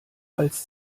als